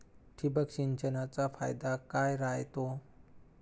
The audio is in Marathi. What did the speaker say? ठिबक सिंचनचा फायदा काय राह्यतो?